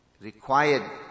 required